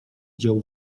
dzieł